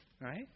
right